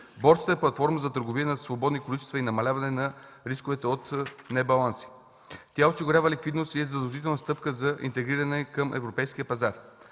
Борсата е платформа за търговия на свободните количества и намаляване на рисковете от небаланси. Тя осигурява ликвидност и е задължителна стъпка за интегриране към европейския пазар.